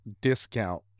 discount